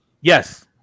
Yes